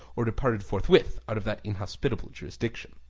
or departed forthwith out of that inhospitable jurisdiction.